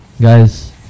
guys